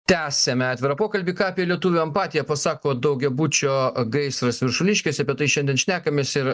tęsiame atvirą pokalbį ką apie lietuvių empatiją pasako daugiabučio gaisras viršuliškėse apie tai šiandien šnekamės ir